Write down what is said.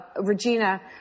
Regina